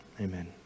Amen